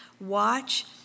Watch